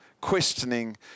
questioning